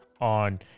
on